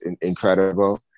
incredible